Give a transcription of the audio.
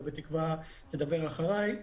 ובתקווה שתדבר אחריי,